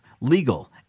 legal